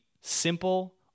simple